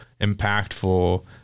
impactful